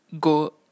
go